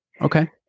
Okay